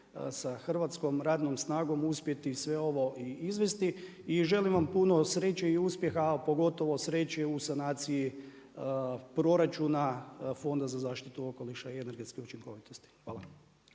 sa hrvatskom radnom snagom uspjeti sve ovo i izvesti i želim vam puno sreće i uspjeha, a pogotovo sreće u sanaciji proračuna fonda za zaštitu okoliša i energetske učinkovitosti. Hvala.